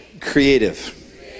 creative